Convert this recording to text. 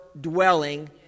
dwelling